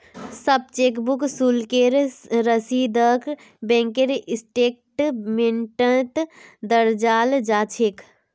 सब चेकबुक शुल्केर रसीदक बैंकेर स्टेटमेन्टत दर्शाल जा छेक